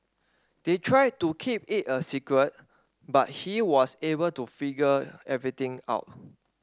they tried to keep it a secret but he was able to figure everything out